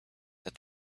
that